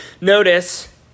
Notice